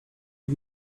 are